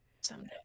someday